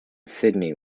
sydney